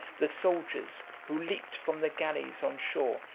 the soldiers, who leaped from the galleys on shore,